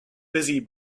busy